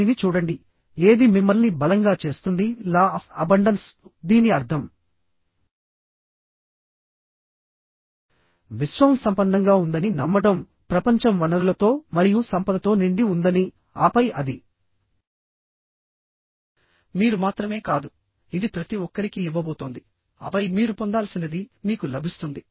దీనిని చూడండి ఏది మిమ్మల్ని బలంగా చేస్తుంది లా అఫ్ అబండన్స్ దీని అర్థం విశ్వం సంపన్నంగా ఉందని నమ్మడం ప్రపంచం వనరులతో మరియు సంపదతో నిండి ఉందని ఆపై అది మీరు మాత్రమే కాదు ఇది ప్రతి ఒక్కరికీ ఇవ్వబోతోంది ఆపై మీరు పొందాల్సినది మీకు లభిస్తుంది